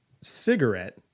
cigarette